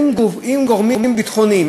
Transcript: אם גורמים ביטחוניים,